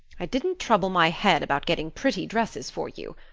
i didn't trouble my head about getting pretty dresses for you.